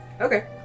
Okay